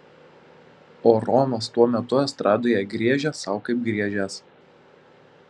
o romas tuo metu estradoje griežė sau kaip griežęs